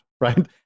right